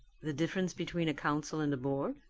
the difference between a council and a board?